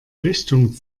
richtung